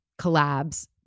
collabs